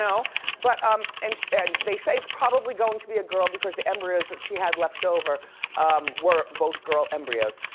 you know but um and and they say it's probably going to be a girl because the embryos that she had left over were both girl embryos.